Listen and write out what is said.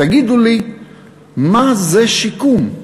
תגידו לי מה זה שיקום,